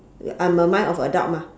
I'm a mind of adult mah